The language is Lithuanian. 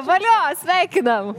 valio sveikinam